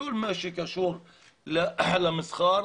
כל מה שקשור למסחר,